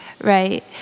Right